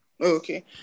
Okay